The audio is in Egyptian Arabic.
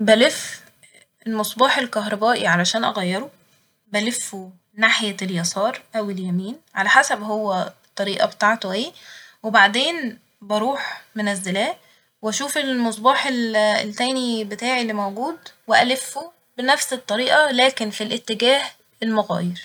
بلف المصباح الكهربائي علشان أغيره ، بلفه ناحية اليسار أو اليمين على حسب هو الطريقة بتاعته ايه وبعدين بروح منزلاه و أشوف المصباح التاني بتاعي اللي موجود وألفه بنفس الطريقة لكن في الاتجاه المغاير